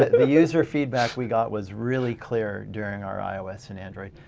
the user feedback we got was really clear during our ios and android.